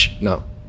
no